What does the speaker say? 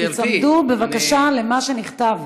תיצמדו בבקשה למה שנכתב.